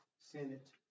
Senate